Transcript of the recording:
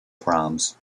proms